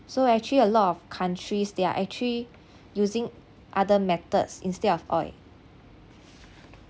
so actually a lot of countries they are actually using other methods instead of oil